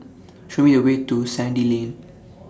Show Me The Way to Sandy Lane